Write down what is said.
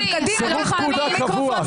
תגיד סליחה ותחזור בך.